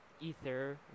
Ether